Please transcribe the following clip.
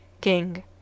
KING